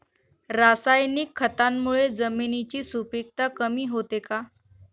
रासायनिक खतांमुळे जमिनीची सुपिकता कमी होते का?